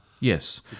Yes